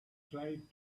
tried